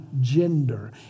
gender